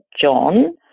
John